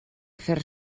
fer